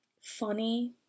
funny